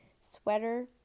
sweater